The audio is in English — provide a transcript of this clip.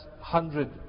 hundred